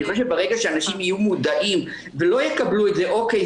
אני חושב שברגע שאנשים יהיו מודעים ולא יקבלו את זה 'אוקיי,